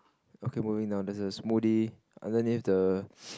okay moving down there's a smoothie and then with the